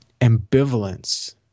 ambivalence